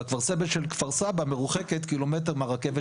והרכבת של כפר סבא מרוחקת קילומטר מהרכבת